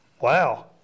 wow